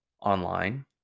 online